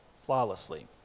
flawlessly